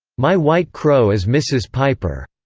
my white crow is mrs. piper.